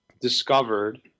discovered